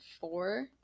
four